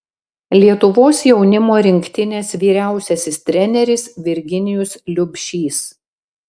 lietuvos jaunimo rinktinės vyriausiasis treneris virginijus liubšys